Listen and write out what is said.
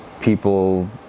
people